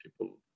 people